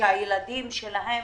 שהילדים שלהם